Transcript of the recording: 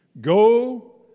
Go